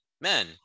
men